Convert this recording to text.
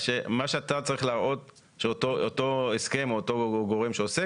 מה שאתה צריך להראות שאותו הסכם או אותו גורם שעוסק